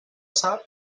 sap